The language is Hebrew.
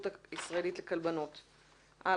תודה